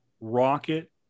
Rocket